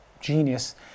genius